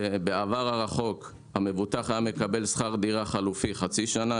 שבעבר הרחוק המבוטח היה מקבל שכר דירה חלופית לחצי שנה,